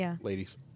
ladies